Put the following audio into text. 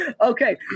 okay